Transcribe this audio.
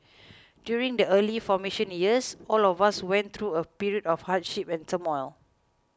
during the early formation years all of us went through a period of hardship and turmoil